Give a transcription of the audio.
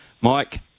Mike